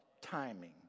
timing